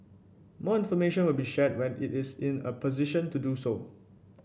more information will be shared when it is in a position to do so